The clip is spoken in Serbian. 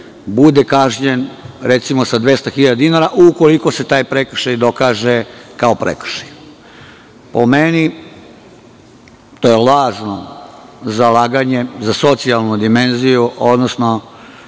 bude kažnjen sa, recimo, 200 hiljada dinara, ukoliko se taj prekršaj dokaže kao prekršaj. Po meni je to lažno zalaganje za socijalnu dimenziju, odnosno